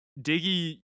Diggy